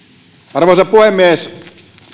arvoisa puhemies